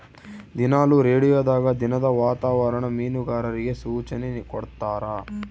ದಿನಾಲು ರೇಡಿಯೋದಾಗ ದಿನದ ವಾತಾವರಣ ಮೀನುಗಾರರಿಗೆ ಸೂಚನೆ ಕೊಡ್ತಾರ